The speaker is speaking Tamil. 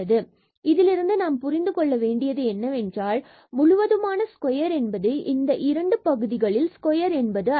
எனவே இதிலிருந்து நாம் புரிந்து கொள்ள வேண்டியது என்னவென்றால் முழுவதுமான ஸ்கொயர் என்பது இந்த இரண்டு பகுதிகளில் ஸ்கொயர் என்பதல்ல